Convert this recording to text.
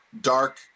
dark